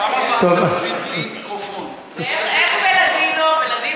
ואיך בלדינו?